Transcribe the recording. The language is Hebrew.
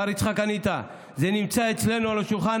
מר יצחק אניטה: זה נמצא אצלנו על השולחן.